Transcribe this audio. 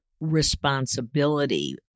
responsibility